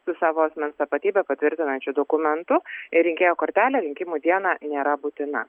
su savo asmens tapatybę patvirtinančiu dokumentu rinkėjo kortelę rinkimų dieną nėra būtina